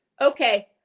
Okay